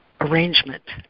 arrangement